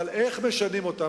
אבל איך משנים אותם?